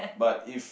but if